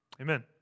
Amen